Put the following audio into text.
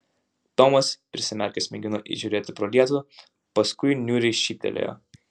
tomas prisimerkęs mėgino įžiūrėti pro lietų paskui niūriai šyptelėjo